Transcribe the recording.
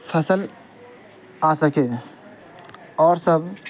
فصل آ سکے اور سب